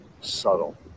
subtle